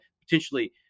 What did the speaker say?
potentially